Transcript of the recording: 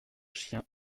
chiens